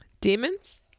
Demons